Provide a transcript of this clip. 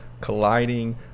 colliding